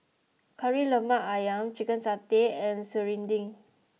Kari Lemak Ayam Chicken Satay and Serunding